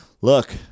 Look